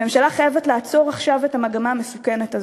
הממשלה חייבת לעצור עכשיו את המגמה המסוכנת הזאת,